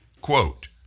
quote